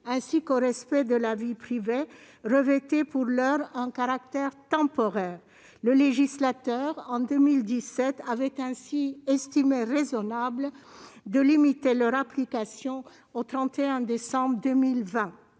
ainsi qu'au respect de la vie privée, revêtaient pour l'heure un caractère temporaire. En 2017, le législateur avait ainsi estimé raisonnable de limiter leur application au 31 décembre 2020.